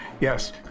Yes